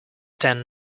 ten